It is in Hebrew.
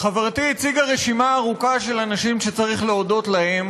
הציגה רשימה ארוכה של אנשים שצריך להודות להם,